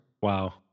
Wow